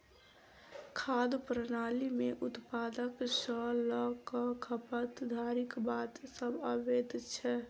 खाद्य प्रणाली मे उत्पादन सॅ ल क खपत धरिक बात सभ अबैत छै